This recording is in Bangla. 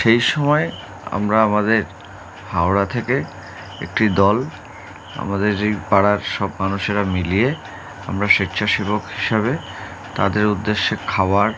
সেই সময়ে আমরা আমাদের হাওড়া থেকে একটি দল আমাদের যেই পাড়ার সব মানুষেরা মিলিয়ে আমরা স্বেচ্ছাসেবক হিসাবে তাদের উদ্দেশ্যে খাওয়ার